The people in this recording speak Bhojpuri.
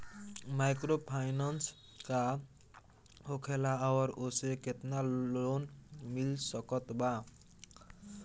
माइक्रोफाइनन्स का होखेला और ओसे केतना लोन मिल सकत बा?